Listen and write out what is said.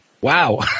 Wow